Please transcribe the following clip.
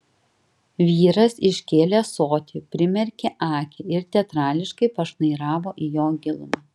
vyras iškėlė ąsotį primerkė akį ir teatrališkai pašnairavo į jo gilumą